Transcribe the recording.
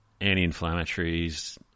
anti-inflammatories